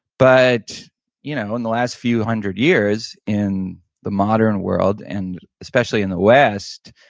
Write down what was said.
but you know in the last few hundred years in the modern world and especially in the west,